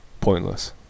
Pointless